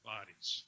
Bodies